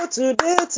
today